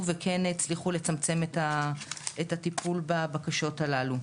וכן הצליחו לצמצם את הטיפול בבקשות הללו.